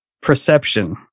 perception